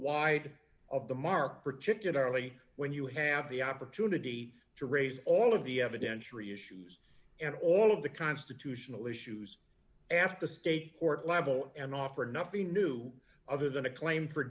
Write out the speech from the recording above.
wide of the mark particularly when you have the opportunity to raise all of the evidentiary issues and all of the constitutional issues ask the state court level and offer nothing new other than a claim for